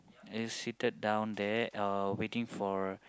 and is seated down there uh waiting for